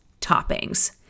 toppings